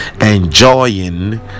Enjoying